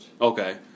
Okay